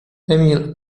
emil